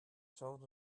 child